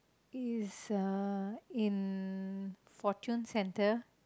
is uh in fortune centre